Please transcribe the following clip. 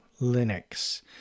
Linux